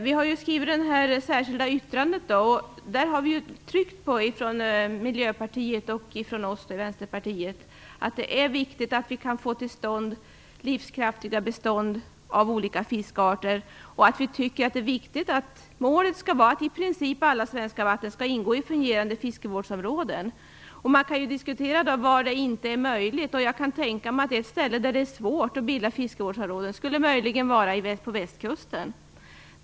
Vi har skrivit ett särskilt yttrande där vi från Miljöpartiets och Vänsterpartiets sida tryckt på att det är viktigt att få till stånd livskraftiga bestånd av olika fiskarter. Målet skall vara att i princip alla svenska fiskevatten skall ingå i fungerande fiskevårdsområden. Man kan diskutera var detta inte är möjligt. Jag kan tänka mig att ett ställe där det möjligen är svårt att bilda fiskevårdsområden är Västkusten.